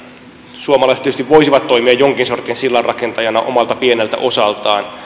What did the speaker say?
suomalaiset tietysti voisivat toimia jonkin sortin sillanrakentajana omalta pieneltä osaltaan